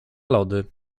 lody